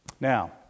Now